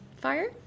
fire